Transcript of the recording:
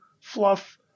fluff